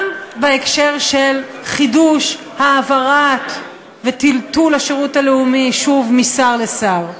גם בהקשר של חידוש העברת וטלטול השירות הלאומי שוב משר לשר.